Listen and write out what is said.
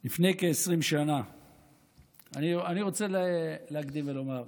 אני רוצה להקדים ולומר,